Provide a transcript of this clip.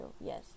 yes